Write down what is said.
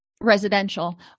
residential